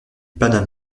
panama